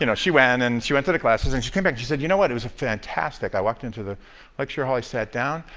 you know she went and she went to the classes and she came back and said, you know what? it was fantastic! i walked into the lecture hall, i sat down,